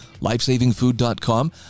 LifesavingFood.com